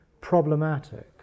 problematic